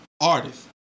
artist